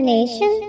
Nation